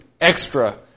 extra